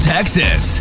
Texas